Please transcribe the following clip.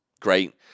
great